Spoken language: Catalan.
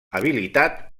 habilitat